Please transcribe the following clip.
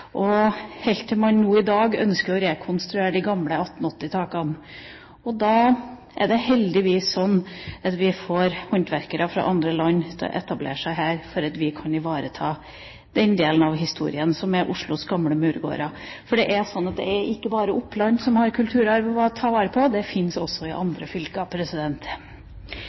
man i dag ønsker å rekonstruere de gamle takene fra 1880-tallet, får vi heldigvis håndverkere fra andre land til å etablere seg her, slik at vi kan ivareta den delen av historien som Oslos gamle murgårder er. Det er ikke bare Oppland som har en kulturarv å ta vare på. Den fins også i andre fylker.